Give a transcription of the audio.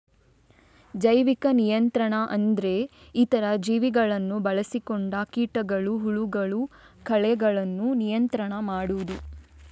ಜೈವಿಕ ನಿಯಂತ್ರಣ ಅಂದ್ರೆ ಇತರ ಜೀವಿಗಳನ್ನ ಬಳಸಿಕೊಂಡು ಕೀಟಗಳು, ಹುಳಗಳು, ಕಳೆಗಳನ್ನ ನಿಯಂತ್ರಣ ಮಾಡುದು